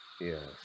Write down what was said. Yes